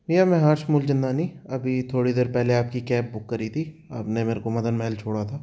भईया मैं हर्ष मूल जिन्दानी अभी थोड़ी देर पहले आपकी कैब बुक करी थी आपने मेरे को मदन महल छोड़ा था